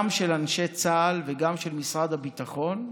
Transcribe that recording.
גם של אנשי צה"ל וגם של משרד הביטחון,